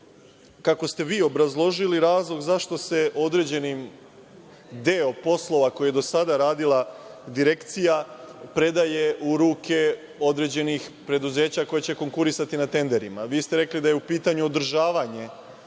kako ste vi obrazložili, razlog zašto se određeni deo poslova koji je do sada radila Direkcija predaje u ruke određenih preduzeća koja će konkurisati na tenderima. Vi ste rekli da je u pitanju održavanje